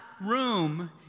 room